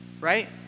right